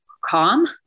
calm